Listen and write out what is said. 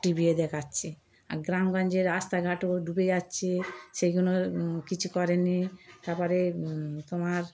টিভিতে দেখাচ্ছে আর গ্রাম গঞ্জে রাস্তাঘাটও ডুবে যাচ্ছে সেইগুলো কিছু করেনি তারপরে তোমার